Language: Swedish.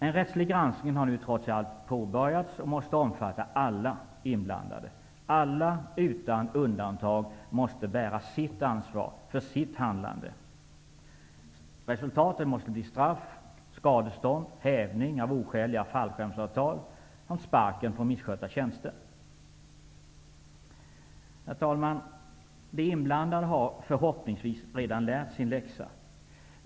En rättslig granskning har nu trots allt påbörjats och måste omfatta alla inblandade. Alla utan undantag måste bära sitt ansvar för sitt handlande. Resultatet måste bli straff, skadestånd, hävning av oskäliga avtal samt ''sparken'' från misskötta tjänster. Herr talman! De inblandade har förhoppningsvis redan lärt sin läxa.